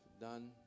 done